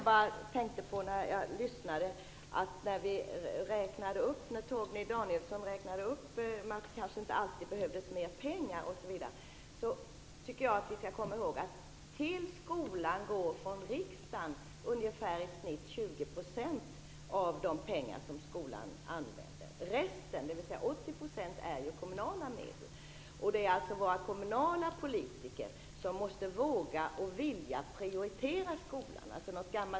Fru talman! Torgny Danielsson talade om att det kanske inte alltid behövdes mera pengar. Då skall vi komma ihåg att riksdagen anslår i genomsnitt 20 % av de pengar som skolan använder. Resten, dvs. 80 %, utgörs av kommunala medel. Det är alltså de kommunala politikerna som måste våga och vilja att prioritera skolan.